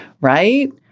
right